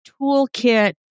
toolkit